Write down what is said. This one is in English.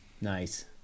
Nice